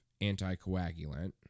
anticoagulant